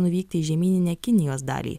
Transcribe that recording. nuvykti į žemyninę kinijos dalį